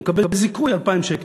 ואז הוא מקבל זיכוי 2,000 שקלים,